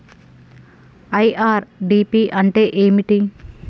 IRDP అంటే ఏమిటి?